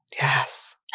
Yes